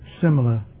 similar